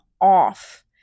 off